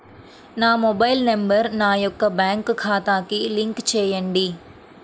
నా mobile number నా యొక్క బ్యాంక్ ఖాతాకి లింక్ చేయండీ?